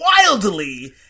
wildly